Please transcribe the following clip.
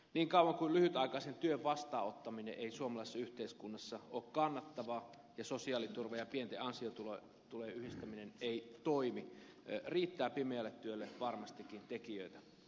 niin kauan kuin lyhytaikaisen työn vastaanottaminen ei suomalaisessa yhteiskunnassa ole kannattavaa ja sosiaaliturva ja pienten ansiotulojen yhdistäminen ei toimi riittää pimeälle työlle varmastikin tekijöitä